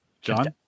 John